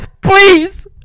please